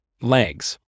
Legs